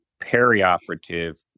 perioperative